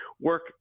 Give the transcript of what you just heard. work